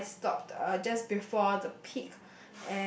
so I stopped uh just before the peak